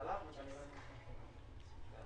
בשנה החמישית - 89 שקלים.